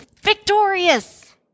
victorious